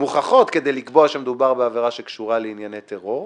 מוכחות כדי לקבוע שמדובר בעבירה שקשורה לענייני טרור.